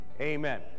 Amen